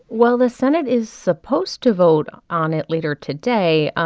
well, the senate is supposed to vote on it later today.